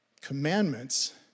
commandments